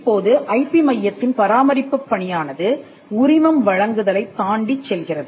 இப்போது ஐபி மையத்தின் பராமரிப்புப் பணியானது உரிமம் வழங்குதலைத் தாண்டிச் செல்கிறது